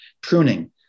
pruning